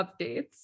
updates